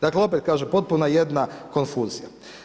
Dakle, opet kažem potpuna jedna konfuzija.